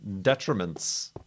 detriments